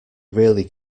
really